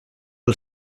del